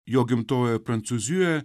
jo gimtojoje prancūzijoje